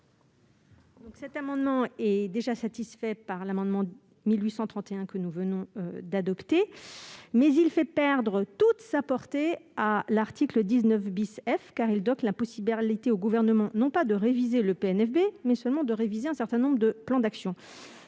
Cet amendement est déjà satisfait par l'amendement n° 1831. S'il était adopté, il ferait perdre toute sa portée à l'article 19 F, car il offrirait la possibilité au Gouvernement non pas de réviser le PNFB, mais seulement de réviser un certain nombre de plans d'action.